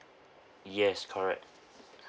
yes correct